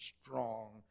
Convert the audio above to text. strong